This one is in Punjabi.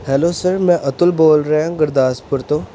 ਹੈਲੋ ਸਰ ਮੈਂ ਅਤੁਲ ਬੋਲ ਰਿਹਾ ਗੁਰਦਾਸਪੁਰ ਤੋਂ